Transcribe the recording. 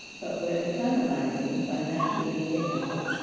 but we're economizing by not giving it out